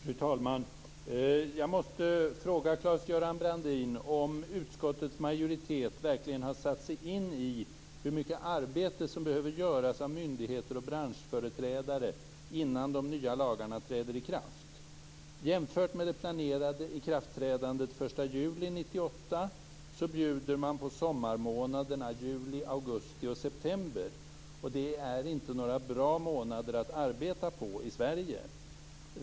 Fru talman! Jag måste fråga Claes-Göran Brandin om utskottets majoritet verkligen har satt sig in i hur mycket arbete som behöver göras av myndigheter och branschföreträdare innan de nya lagarna träder i kraft. 1998 bjuder man på sommarmånaderna juli, augusti och september. Det är inga bra månader för arbete i Sverige.